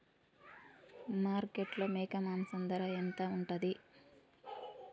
మార్కెట్లో మేక మాంసం ధర ఎంత ఉంటది?